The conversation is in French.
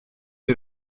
est